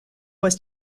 was